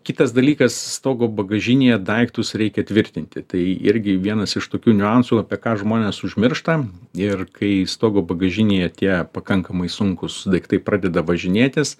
kitas dalykas stogo bagažinėje daiktus reikia tvirtinti tai irgi vienas iš tokių niuansų apie ką žmonės užmiršta ir kai stogo bagažinėje tie pakankamai sunkūs daiktai pradeda važinėtis